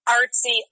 artsy